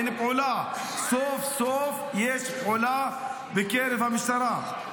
סוף-סוף יש פעולה במשטרה.